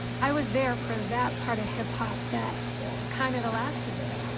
i was there for that part of hip-hop. that was kind of the last of it.